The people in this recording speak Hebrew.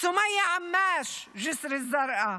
סומייה עמאש מג'יסר א-זרקא,